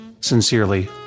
Sincerely